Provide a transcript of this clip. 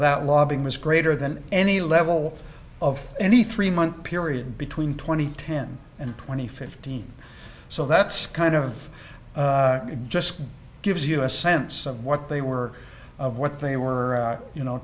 that lobbying was greater than any level of any three month period between twenty ten and twenty fifteen so that's kind of it just gives you a sense of what they were of what they were you know